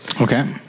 okay